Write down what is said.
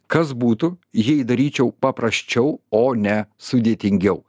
kas būtų jei daryčiau paprasčiau o ne sudėtingiau